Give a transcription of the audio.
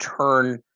turn